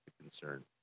concern